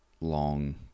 long